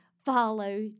Follow